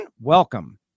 welcome